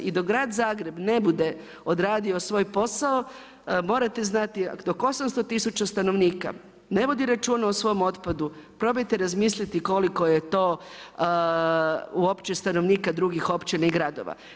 I dok grad Zagreb ne bude odradio svoj posao, morate znati dok 800 tisuća stanovnika ne vodi računa o svom otpadu, probajte razmisliti koliko je to uopće stanovnika drugih općina i gradova.